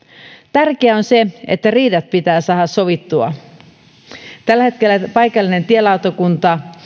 tärkeää on se että riidat pitää saada sovittua tällä hetkellä paikallinen tielautakunta